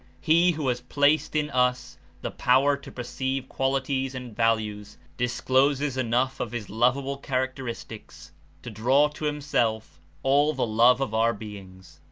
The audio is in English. he, who has placed in us the power to perceive qualities and values, discloses enough of his lovable characteristics to draw to him self all the love of our beings.